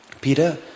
Peter